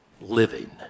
living